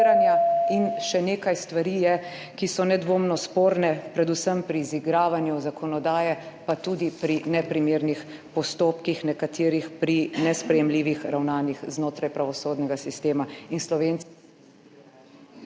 in še nekaj stvari je, ki so nedvomno sporne, predvsem pri izigravanju zakonodaje, pa tudi pri neprimernih postopkih nekaterih, pri nesprejemljivih ravnanjih znotraj pravosodnega sistema.